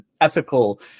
ethical